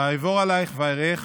"ואעבֹר עלַיִך ואראך